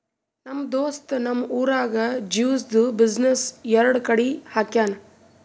ನಮ್ ದೋಸ್ತ್ ನಮ್ ಊರಾಗ್ ಜ್ಯೂಸ್ದು ಬಿಸಿನ್ನೆಸ್ ಎರಡು ಕಡಿ ಹಾಕ್ಯಾನ್